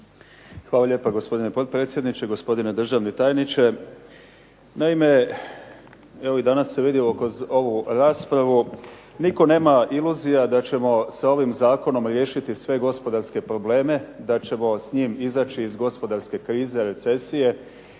Hvala lijepo. Gospodine potpredsjedniče, gospodine državni tajniče. Naime, evo i danas se vidjelo kroz ovu raspravu. Nitko nema iluzija da ćemo sa ovim zakonom riješiti sve gospodarske probleme i da ćemo s njim izaći iz gospodarske krize, recesije